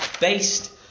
based